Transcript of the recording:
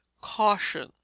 CAUTION